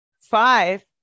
five